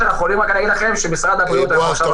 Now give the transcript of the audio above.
לא ראו אותם מעל